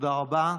תודה רבה.